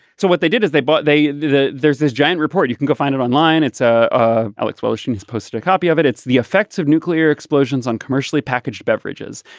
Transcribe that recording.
so what they did is they bought they. there's this giant report you can go find it online. it's ah ah alex bolton has posted a copy of it. it's the effects of nuclear explosions on commercially packaged beverages.